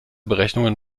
berechnungen